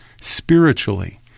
spiritually